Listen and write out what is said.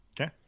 Okay